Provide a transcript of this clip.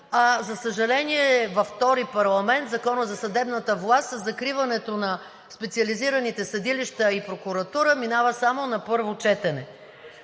За съжаление, във втори парламент Законът за съдебната власт със закриването на специализираните съдилища и прокуратура минава само на първо четене.